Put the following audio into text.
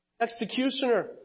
executioner